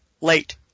late